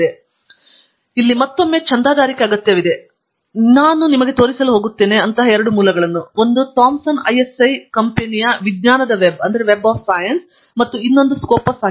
ಆದ್ದರಿಂದ ಇಲ್ಲಿ ಮತ್ತೊಮ್ಮೆ ಚಂದಾದಾರಿಕೆ ಅಗತ್ಯವಿದೆ ಮತ್ತು ನಾನು ನಿಮಗೆ ತೋರಿಸಲು ಹೋಗುತ್ತಿದ್ದೇನೆ ಅಂತಹ ಎರಡು ಮೂಲಗಳು ಒಂದು ಥಾಮ್ಸನ್ ISI ಕಂಪೆನಿಯ ವಿಜ್ಞಾನದ ವೆಬ್ ಮತ್ತು ಇನ್ನೊಂದು ಸ್ಕೋಪಸ್ ಆಗಿದೆ